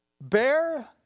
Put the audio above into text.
Bear